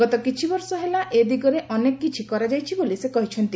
ଗତ କିଛିବର୍ଷ ହେଲା ଏ ଦିଗରେ ଅନେକ କିଛି କରାଯାଇଛି ବୋଲି ସେ କହିଚ୍ଛନ୍ତି